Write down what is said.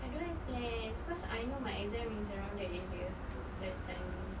I don't have plans cause I know my exam is around that area that timing